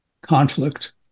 conflict